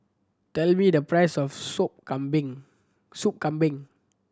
tell me the price of Sop Kambing Sop Kambing